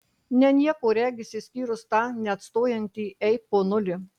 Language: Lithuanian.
ne nieko regis išskyrus tą neatstojantį ei ponuli